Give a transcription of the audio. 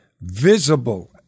visible